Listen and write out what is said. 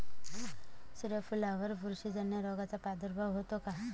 सूर्यफुलावर बुरशीजन्य रोगाचा प्रादुर्भाव होतो का?